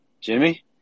Jimmy